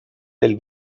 del